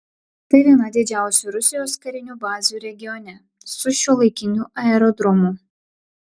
tai viena didžiausių rusijos karinių bazių regione su šiuolaikiniu aerodromu